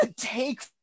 take